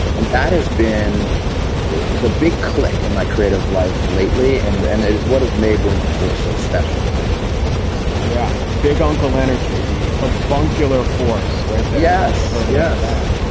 and that has been the big click in my creative life lately. and and it is what has made ramona for so special to me yeah, big on calenergy, the avuncular force right there. yes, i've heard yeah that.